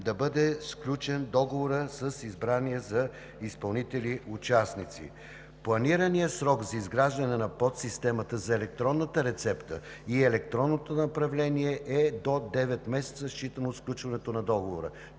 да бъде сключен договорът с избраните за изпълнители участници. Планираният срок за изграждане на подсистемата за електронната рецепта и електронното направление е до девет месеца, считано от сключването на договора.